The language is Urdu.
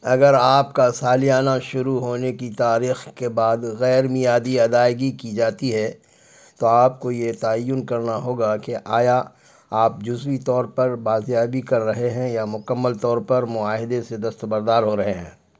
اگر آپ کا سالیانہ شروع ہونے کی تاریخ کے بعد غیر میعادی ادائیگی کی جاتی ہے تو آپ کو یہ تعین کرنا ہوگا کہ آیا آپ جزوی طور پر بازیابی کر رہے ہیں یا مکمل طور پر معاہدے سے دست بردار ہو رہے ہیں